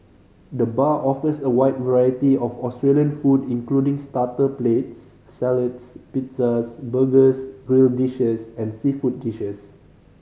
the bar offers a wide variety of Australian food including starter plates salads pizzas burgers grill dishes and seafood dishes